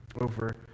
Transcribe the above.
over